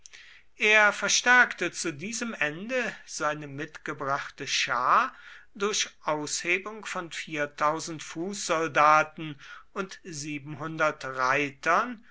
er verstärkte zu diesem ende seine mitgebrachte schar durch aushebung von fußsoldaten und reitern